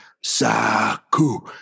Saku